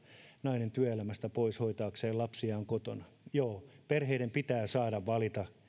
nainen työelämästä pois hoitaakseen lapsiaan kotona joo perheiden pitää saada valita